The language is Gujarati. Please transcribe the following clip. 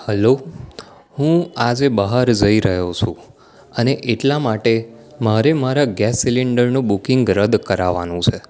હલો હું આજે બહાર જઈ રહ્યો છું અને એટલા માટે મારે મારા ગેસ સિલિન્ડરનું બુકીંગ રદ કરાવવાનું છે